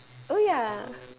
oh ya